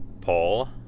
Paul